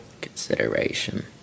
consideration